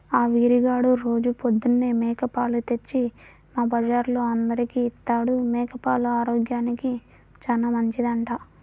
ఆ వీరిగాడు రోజూ పొద్దన్నే మేక పాలు తెచ్చి మా బజార్లో అందరికీ ఇత్తాడు, మేక పాలు ఆరోగ్యానికి చానా మంచిదంట